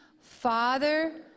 Father